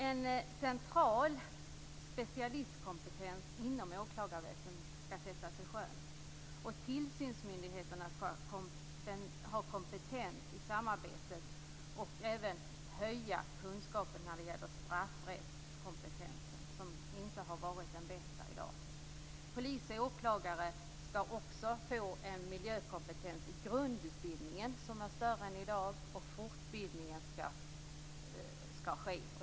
En central specialistkompetens inom åklagarväsendet skall sättas i sjön, och tillsynsmyndigheterna skall ha kompetens i samarbetet. Kunskapen skall även höjas när det gäller straffrättskompetensen, som inte har varit den bästa i dag. Polis och åklagare skall också få en miljökompetens i grundutbildningen som är större än i dag och fortbildning skall ske.